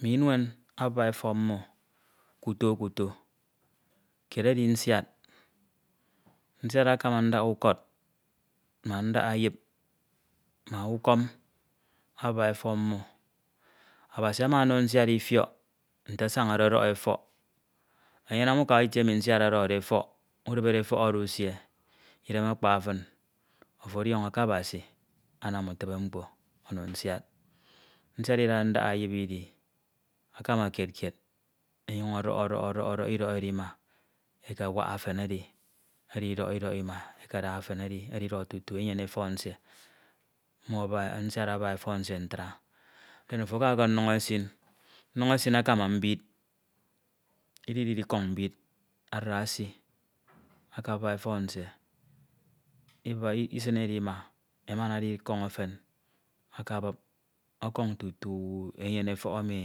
Mme inuen abup etọk mmo kuto kuto kied edi nsiad, nsiad akama ndak ukọd ma ndak eyip ma ukọm abup etọk mmo. Abasi ama ono nsiad ifiọk nte asañade ọdọk efọk eyenam uka itie emi nsiad odọkde efọk, udiberede efọk oro usie idem akpa fin, ofo ọdiọñọ ke Abasi anam utibe mkpo ono nsiad. Nsiad ida ndak eyip idi, akama kied kied ọnyuñ ọdọk, idọk edo ima, ekawak efen edidọk idọk ima akada efe edi edidọk tutu enyene efọk nsie, mmo ebup, nsiad abup efọk nsi ntra denofo aka ke nduñ esin nduñ esin akama mbid, ididikọñ mbi akabup etọk nsie, isin oro ima, emana edikọñ efen akabup ọkọñ tutu enyene efọk emi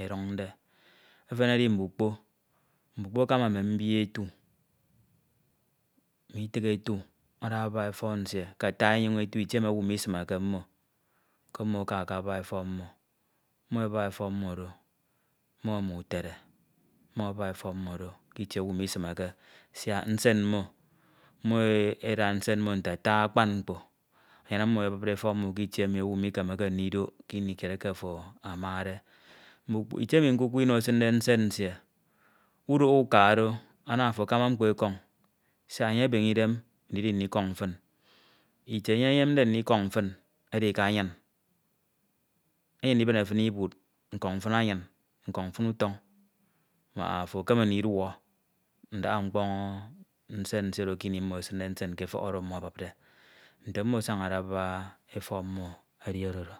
eduñde. Eten edi mbukpo, mbukpo akama mme mbi etu, mme itihe etu ada abup efọk nsie ke ata enyoñ etu itie emi owu misimeke mmo k'ommo aka akabup efọk mmo, mmo aka akabup efọk mmo do, mmo ma utere mmo aka akebup efọk mmo do k'itie owu misimeke siak nsen mmo, mmo eda nsem mmo nte ata akpan mkpo eyenam mmo ebupde efọk mmo k'itie emi owu mikemeke ndidok kini kiedeke afo amade itie emi ñkwukwo ino esiñde nsen nsie, udok uka do ana afo akama mkpo ekọñ mfo siak enye ebeñe idem ndidi ndikọñ fin. Itie enye enyemde ndikọñ fin edi k'anyin, enyem ndibine fin ibud nkọñ fin anyin, nkọñ fin utọñ mak ofo ekeme ndiduọ* nduhe mkpọñ nsen nsien oro kini mmo esinde nsen ke efọk oro mmo ebupde. Nte mmo asañade abup efọk mmo edi oro do.